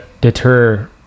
deter